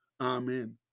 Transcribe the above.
Amen